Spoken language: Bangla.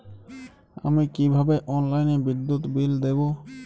আমি কিভাবে অনলাইনে বিদ্যুৎ বিল দেবো?